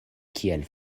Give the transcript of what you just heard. kiel